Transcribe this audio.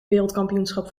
wereldkampioenschap